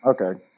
Okay